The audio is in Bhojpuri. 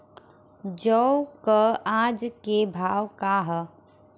जौ क आज के भाव का ह?